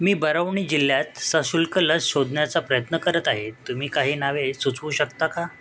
मी बरवणी जिल्ह्यात सशुल्क लस शोधण्याचा प्रयत्न करत आहे तुम्ही काही नावे सुचवू शकता का